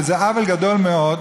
וזה עוול גדול מאוד,